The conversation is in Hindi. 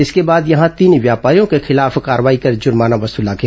इसके बाद यहां तीन व्यापारियों के खिलाफ कार्रवाई कर जुर्माना वसुला गया